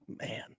Man